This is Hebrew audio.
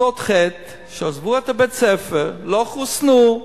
כיתות ח' שעזבו את בית-הספר לא חוסנו,